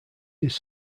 his